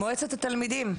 מועצת התלמידים,